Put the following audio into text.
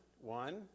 one